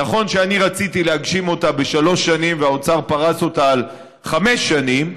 נכון שאני רציתי להגשים אותה בשלוש שנים והאוצר פרס אותה על חמש שנים,